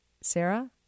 Sarah